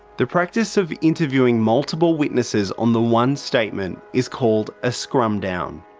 the practice of interviewing multiple witnesses on the one statement is called a scrum down.